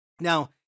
Now